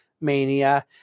mania